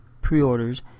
pre-orders